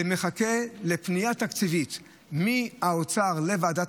זה מחכה לפנייה תקציבית מהאוצר לוועדת